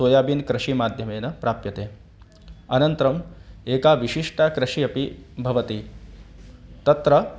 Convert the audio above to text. soybean कृषेः माध्यमेन प्राप्यते अनन्तरम् एका विशिष्टा कृषिः अपि भवति तत्र